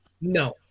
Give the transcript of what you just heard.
no